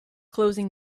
closing